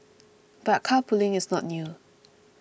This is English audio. but carpooling is not new